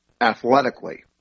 athletically